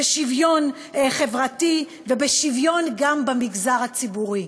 בשוויון חברתי ובשוויון גם במגזר הציבורי.